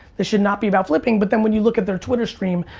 this should not be about flipping but then when you look at their twitter stream,